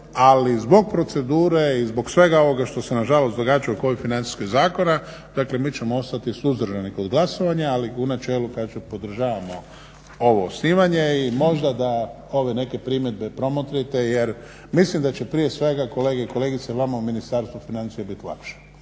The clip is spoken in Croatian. ali zbog procedure i zbog svega ovoga što se nažalost događa u korist financijskih zakona dakle mi ćemo ostati suzdržani kod glasovanja ali u načelu kažem podržavamo ovo osnivanje i možda da ove neke primjedbe promotrite jer mislim da će prije svega kolege i kolegice vama u Ministarstvu financija biti lakše,